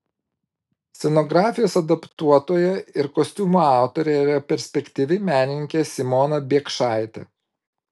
scenografijos adaptuotoja ir kostiumų autorė yra perspektyvi menininkė simona biekšaitė